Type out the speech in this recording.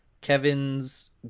kevin's